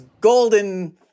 golden